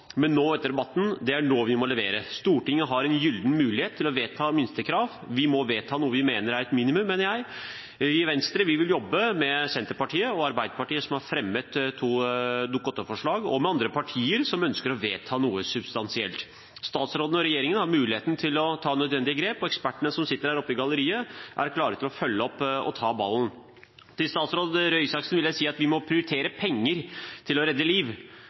men det er nå, etter debatten, vi må levere. Stortinget har en gyllen mulighet til å vedta minstekrav. Vi må vedta noe vi mener er et minimum, mener jeg. Vi i Venstre vil jobbe med Senterpartiet og Arbeiderpartiet, som har fremmet to Dokument 8-forslag, og med andre partier som ønsker å vedta noe substansielt. Statsråden og regjeringen har muligheten til å ta nødvendige grep, og ekspertene som sitter der oppe i galleriet, er klare til å ta ballen og følge opp. Til statsråd Røe Isaksen vil jeg si at vi må prioritere penger til å redde liv.